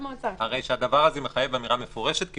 הרי שהדבר הזה מחייב אמירה מפורשת כי